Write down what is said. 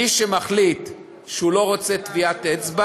מי שמחליט שהוא לא רוצה טביעת אצבע